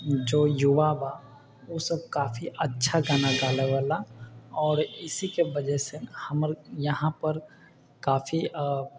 जो युवा बा ओसब काफी अच्छा गाना गाबैवला आओर इसीके वजहसँ हमर इहाँपर काफी